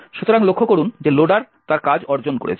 সুতরাং লক্ষ্য করুন যে লোডার তার কাজ অর্জন করেছে